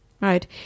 Right